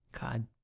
God